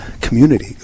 community